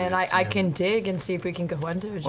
and i can dig and see if we can go under,